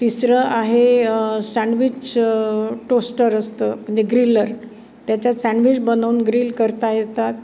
तिसरं आहे sandwich toaster असतं म्हणजे ग्रिलर त्याच्यात सँडविच बनवून ग्रिल करता येतात